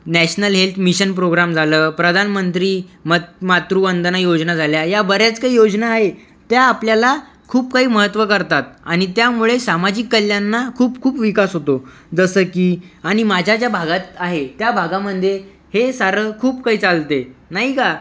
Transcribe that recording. national health mission programme झालं प्रधानमंत्री मत् मातृवंदना योजना झाल्या या बऱ्याच काही योजना आहेत त्या आपल्याला खूप काही महत्व करतात आणि त्यामुळे सामाजिक कल्याणना खूप खूप विकास होतो जसं की आणि माझ्या ज्या भागात आहे त्या भागामध्ये हे सारं खूप काही चालत आहे नाही का